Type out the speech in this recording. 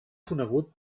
conegut